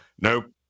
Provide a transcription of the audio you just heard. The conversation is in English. Nope